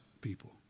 people